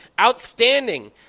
outstanding